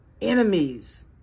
enemies